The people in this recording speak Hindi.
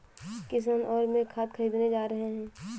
किशन और मैं खाद खरीदने जा रहे हैं